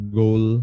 goal